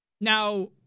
Now